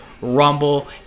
Rumble